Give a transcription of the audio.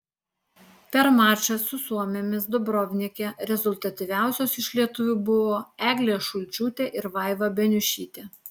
per mačą su suomėmis dubrovnike rezultatyviausios iš lietuvių buvo eglė šulčiūtė ir vaiva beniušytė